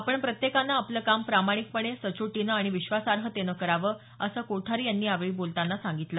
आपण प्रत्येकानं आपलं काम प्रामाणिकपणे सचोटीनं आणि विश्वासार्हतेनं करावं असं कोठारी यांनी यावेळी बोलताना सांगितलं